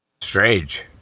Strange